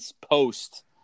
post